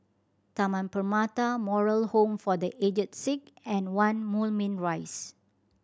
Taman Permata Moral Home for The Aged Sick and One Moulmein Rise